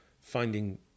finding